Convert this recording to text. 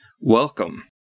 Welcome